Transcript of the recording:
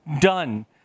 Done